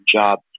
job